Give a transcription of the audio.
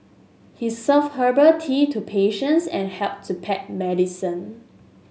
he served herbal tea to patients and helped to pack medicine